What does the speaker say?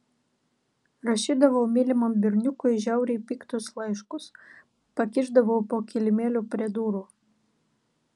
rašydavau mylimam berniukui žiauriai piktus laiškus pakišdavau po kilimėliu prie durų